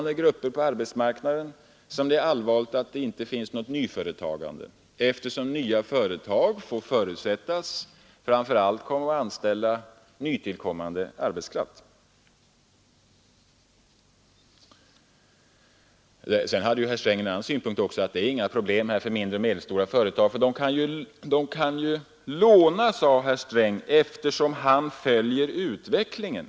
Det är allvarligt därför att nya företag får förutsättas komma att anställa framför allt nytillkommande arbetskraft. Herr Sträng hade också en annan synpunkt, nämligen att det inte var några problem för mindre och medelstora företag. Herr Sträng sade att de kan låna ”eftersom han följer utvecklingen”.